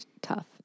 tough